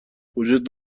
وجود